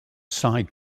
psi